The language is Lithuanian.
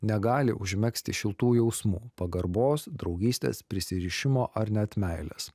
negali užmegzti šiltų jausmų pagarbos draugystės prisirišimo ar net meilės